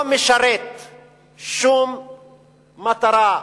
לא משרת שום מטרה,